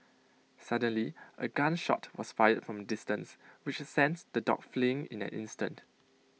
suddenly A gun shot was fired from A distance which sent the dogs fleeing in an instant